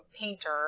painter